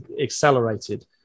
accelerated